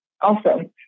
Awesome